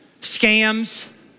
Scams